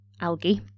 algae